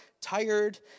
tired